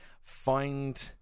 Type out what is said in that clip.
Find